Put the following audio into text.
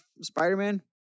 Spider-Man